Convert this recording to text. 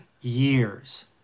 years